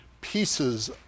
pieces